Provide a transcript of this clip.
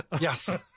Yes